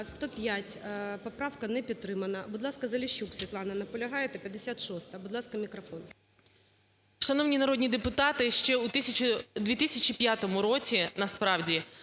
За-105 Поправка не підтримана. Будь ласка, Заліщук, Світлана. Наполягаєте? 56-а. Будь ласка, мікрофон.